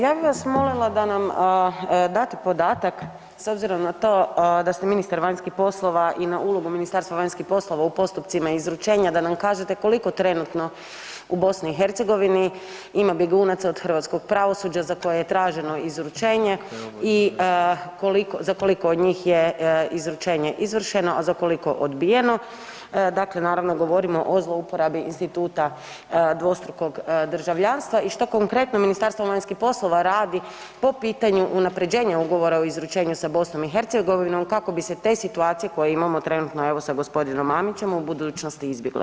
Ja bi vas molila da nam date podatak s obzirom na to da ste ministar vanjskih poslova i na ulogu Ministarstva vanjskih poslova u postupcima izručenja da nam kažete koliko trenutno u BiH ima bjegunaca od hrvatskog pravosuđa za koje je traženo izručenje i koliko, za koliko od njih je izručenje izvršeno, a za koliko odbijeno, dakle naravno govorimo o zlouporabi instituta dvostrukog državljanstva i što konkretno Ministarstvo vanjskih poslova radi po pitanju unaprjeđenja Ugovora o izručenju sa BiH kako bi se te situacije, koje imamo trenutno evo sa g. Mamićem, u budućnosti izbjegle?